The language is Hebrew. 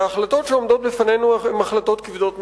ההחלטות שעומדות בפנינו הן החלטות כבדות משקל.